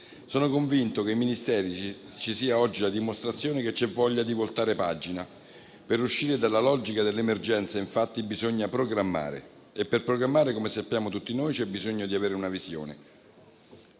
Sono convinto che nei Ministeri ci sia oggi la dimostrazione che c'è voglia di voltare pagina. Per uscire dalla logica dell'emergenza, infatti, bisogna programmare e per programmare - come sappiamo tutti noi - c'è bisogno di avere una visione.